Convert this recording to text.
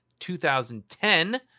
2010